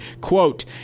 Quote